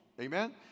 Amen